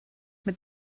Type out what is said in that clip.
mit